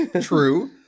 True